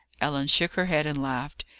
ellen shook her head and laughed.